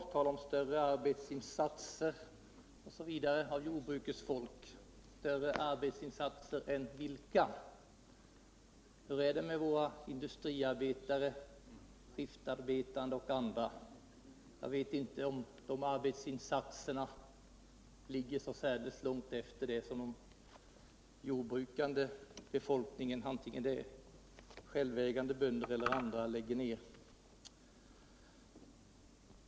Han talar om större arbetsinsatser av jordbrukets folk osv. — större arbetsinsatser än vilkas? Hur är det med våra industriarbetare, skiftarbetande och andra”? Jag vet inte om deras arbetsinsatser ligger så särdeles långt efter dem som den jordbrukande befolkningen, vare sig det är fråga om självägande bönder eller andra. lägger ner.